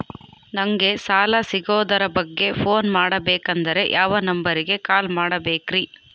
ನಂಗೆ ಸಾಲ ಸಿಗೋದರ ಬಗ್ಗೆ ನನ್ನ ಪೋನ್ ಮಾಡಬೇಕಂದರೆ ಯಾವ ನಂಬರಿಗೆ ಕಾಲ್ ಮಾಡಬೇಕ್ರಿ?